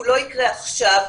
הוא לא יקרה עכשיו.